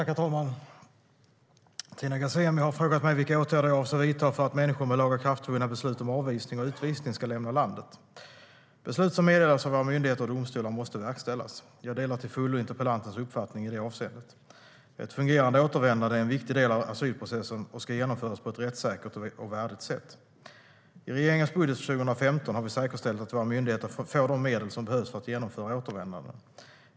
Herr talman! Tina Ghasemi har frågat mig vilka åtgärder jag avser att vidta för att människor med lagakraftvunna beslut om avvisning och utvisning ska lämna landet. Beslut som meddelas av våra myndigheter och domstolar måste verkställas. Jag delar till fullo interpellantens uppfattning i det avseendet. Ett fungerande återvändande är en viktig del av asylprocessen och ska genomföras på ett rättssäkert och värdigt sätt. Svar på interpellationer I regeringens budget för 2015 har vi säkerställt att våra myndigheter får de medel som behövs för att genomföra återvändanden.